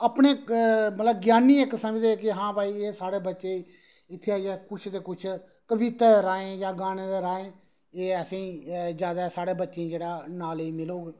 अपने ज्ञानी इक समझदे कि हां भाई साढ़े बच्चें गी इत्थै आइयै किश ना किश गीतें दे राहें जां गाने दे राहें एह असेंगी जैदा साढ़े बच्चें गी नालेज मिलग